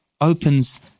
opens